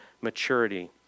maturity